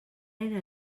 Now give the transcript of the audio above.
era